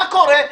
מה קורה?